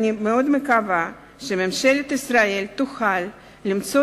אני מאוד מקווה שממשלת ישראל תוכל למצוא